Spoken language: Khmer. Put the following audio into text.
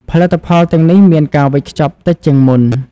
ផលិតផលទាំងនេះមានការវេចខ្ចប់តិចជាងមុន។